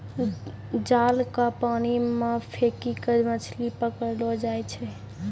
जाल के पानी मे फेकी के मछली पकड़लो जाय छै